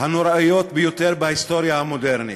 הנוראיות ביותר בהיסטוריה המודרנית.